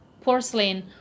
porcelain